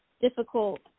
difficult